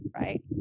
right